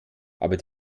aber